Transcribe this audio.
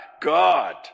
God